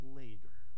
later